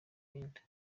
imyenda